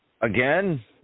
Again